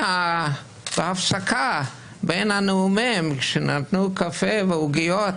בהפסקה בין הנאומים, כשנתנו קפה ועוגיות,